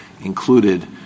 included